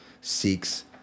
seeks